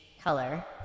color